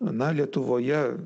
na lietuvoje